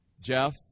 jeff